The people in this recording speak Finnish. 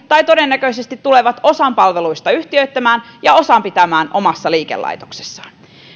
tai todennäköisesti tulevat osan palveluista yhtiöittämään ja osan pitämään omassa liikelaitoksessaan